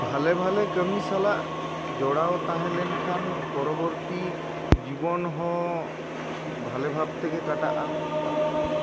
ᱵᱷᱟᱞᱮ ᱵᱷᱟᱞᱮ ᱠᱟᱹᱢᱤ ᱥᱟᱞᱟᱜ ᱡᱚᱲᱟᱣ ᱛᱟᱦᱮᱸ ᱞᱮᱱ ᱠᱷᱟᱱ ᱯᱚᱨᱚ ᱵᱚᱨᱛᱤ ᱡᱤᱵᱚᱱ ᱦᱚᱸ ᱵᱷᱟᱞᱮ ᱵᱷᱟᱵ ᱛᱮᱜᱮ ᱠᱟᱴᱟᱜᱼᱟ